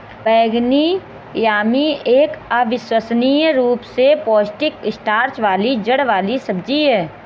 बैंगनी यामी एक अविश्वसनीय रूप से पौष्टिक स्टार्च वाली जड़ वाली सब्जी है